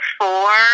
four